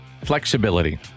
Flexibility